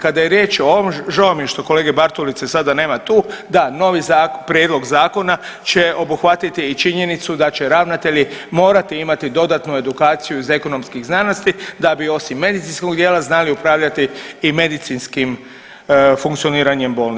Kada je riječ o ovom, žao mi je što kolege Bartulice sada nema tu, da novi prijedlog zakona će obuhvatiti i činjenicu da će ravnatelji morati imati dodatnu edukaciju iz ekonomskih znanosti da bi osim medicinskog dijela znali upravljati i medicinskim funkcioniranjem bolnice.